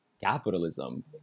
capitalism